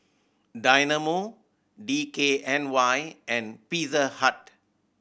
Dynamo D K N Y and Pizza Hut